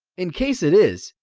in case it is,